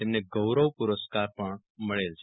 તેમને ગૌરવ પુરસ્કાર પણ મળેલ છે